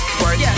work